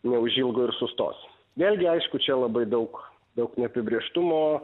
neužilgo ir sustos vėlgi aišku čia labai daug daug neapibrėžtumo